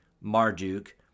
Marduk